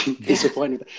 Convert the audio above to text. disappointing